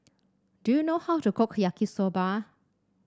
do you know how to cook Yaki Soba